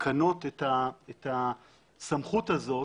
בתקנות את הסמכות הזאת,